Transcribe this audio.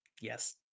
Yes